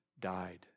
died